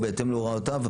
ובהתאם להוראותיו,